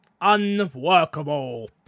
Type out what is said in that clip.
Unworkable